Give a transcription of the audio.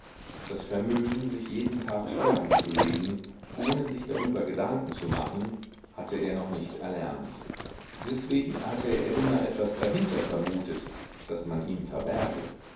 das vermögen sich jeden tag sterben zu legen ohne sich darüber gedanken zu machen hatte er noch nicht erlernt deswegen hatte er immer etwas dahinter vermutet das man ihm verberge